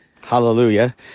hallelujah